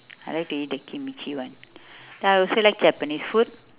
I like to eat the kimchi one I also like japanese food